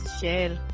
share